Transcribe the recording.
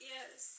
Yes